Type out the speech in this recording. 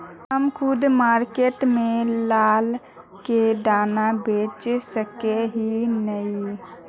हम खुद मार्केट में ला के दाना बेच सके है नय?